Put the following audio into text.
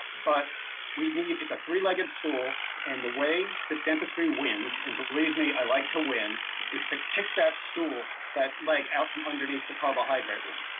but we need it's a three-legged stool and the way the dentistry wins and believe me i like to win is to kick that stool that leg out from underneath the carbohydrate one.